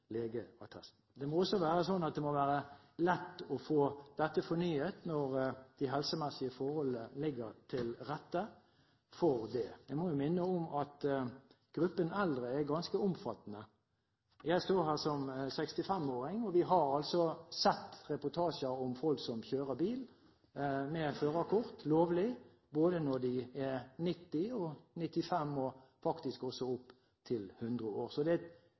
Det må også være sånn at det må være lett å få dette fornyet når de helsemessige forholdene ligger til rette for det. Jeg må minne om at gruppen eldre er ganske omfattende. Jeg står her som 65-åring, og vi har altså sett reportasjer om folk som kjører bil med førerkort – lovlig – både når de er 90 år, 95 år og faktisk også opptil 100 år. Så det